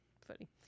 funny